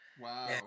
Wow